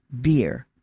beer